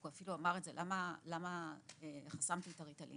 הוא אפילו אמר את זה: למה חסמת לי את הריטלין?